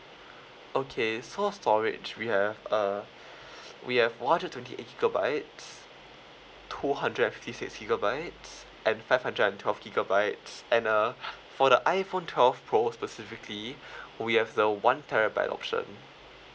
okay so storage we have uh we have one hundred twenty eight gigabytes two hundred and fifty six gigabytes and five hundred and twelve gigabytes and uh for the iphone twelve pro specifically we have the one terabyte option